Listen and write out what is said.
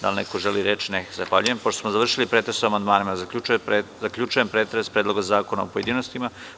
Da li neko želi reč? (Ne.) Pošto smo završili pretres o amandmanima zaključujem pretres Predloga zakona u pojedinostima.